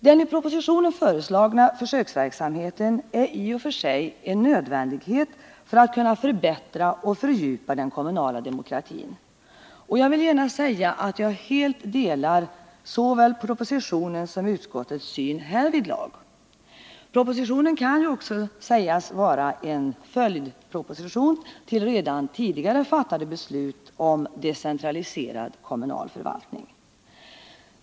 Den i propositionen föreslagna försöksverksamheten är ju i och för sig en nödvändighet för att kunna förbättra och fördjupa den kommunala demokratin, och jag vill genast säga att jag helt delar såväl departementschefens som utskottets syn härvidlag. Propositionen kan också sägas vara en följdproposition i anslutning till redan tidigare fattade beslut om decentraliserad kommunal förvaltning.